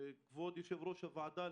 כבוד יושב-ראש הוועדה,